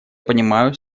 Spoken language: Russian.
понимаю